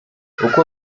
uko